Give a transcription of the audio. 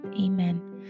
amen